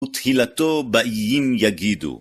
ותהילתו באיים יגידו.